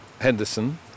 Henderson